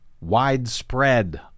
widespread